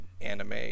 anime